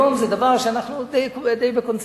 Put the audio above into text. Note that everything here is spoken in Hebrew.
היום זה דבר שאנחנו די בקונסנזוס,